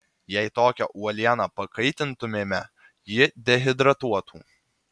jei tokią uolieną pakaitintumėme ji dehidratuotų